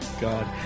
God